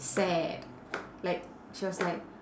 sad like she was like